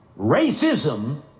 Racism